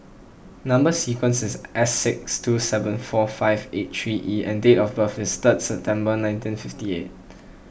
Number Sequence is S six two seven four five eight three E and date of birth is third September nineteen fifty eight